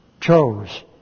chose